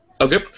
Okay